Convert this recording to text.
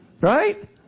right